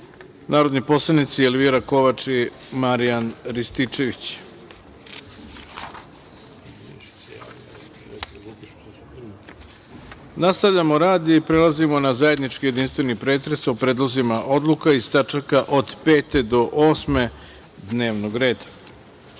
narodni poslanici Elvira Kovač i Marijan Rističević. Nastavljamo rad i prelazimo na zajednički jedinstveni pretres o predlozima odluka iz tačaka od 5. do 8. dnevnog